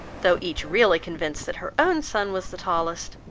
though each really convinced that her own son was the tallest,